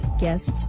guests